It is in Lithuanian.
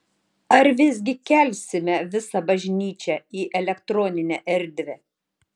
ar visgi kelsime visą bažnyčią į elektroninę erdvę